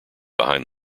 behind